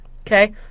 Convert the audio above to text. Okay